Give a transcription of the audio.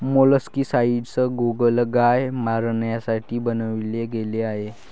molluscicides गोगलगाय मारण्यासाठी बनवले गेले आहे